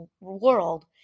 world